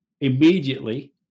immediately